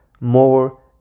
more